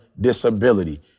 disability